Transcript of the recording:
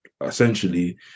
essentially